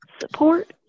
support